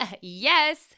Yes